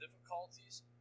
difficulties